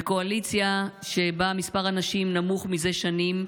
בקואליציה שבה מספר הנשים הנמוך זה שנים,